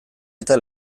eta